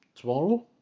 tomorrow